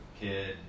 kid